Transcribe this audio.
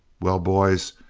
well, boys,